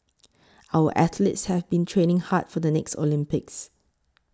our athletes have been training hard for the next Olympics